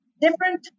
different